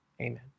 Amen